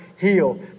heal